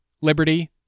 liberty